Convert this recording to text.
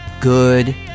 good